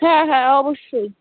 হ্যাঁ হ্যাঁ অবশ্যই